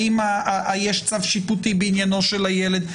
האם יש צו שיפוטי בעניינו של הילד,